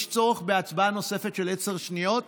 יש צורך בהצבעה נוספת של עשר שניות?